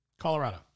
Colorado